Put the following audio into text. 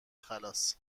خلاص